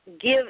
give